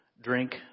drink